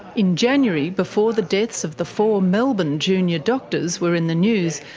in january, before the deaths of the four melbourne junior doctors were in the news,